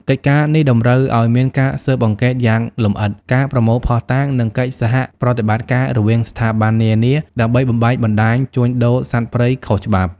កិច្ចការនេះតម្រូវឲ្យមានការស៊ើបអង្កេតយ៉ាងលម្អិត ការប្រមូលភស្តុតាង និងកិច្ចសហប្រតិបត្តិការរវាងស្ថាប័ននានា ដើម្បីបំបែកបណ្ដាញជួញដូរសត្វព្រៃខុសច្បាប់។